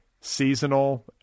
seasonal